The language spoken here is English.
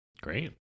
Great